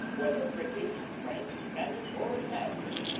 whether brit ish, french, spanish, or italian.